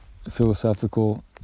philosophical